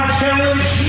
challenge